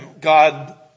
God